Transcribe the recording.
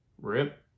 Rip